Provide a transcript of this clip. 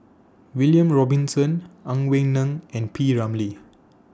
William Robinson Ang Wei Neng and P Ramlee